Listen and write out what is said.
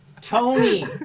Tony